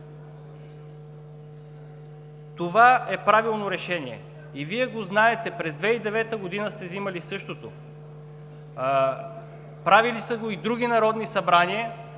Това е правилно решение и Вие го знаете. През 2009 г. Вие сте взимали същото. Правили са го и други народни събрания.